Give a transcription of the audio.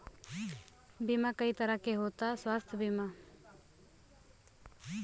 बीमा कई तरह के होता स्वास्थ्य बीमा?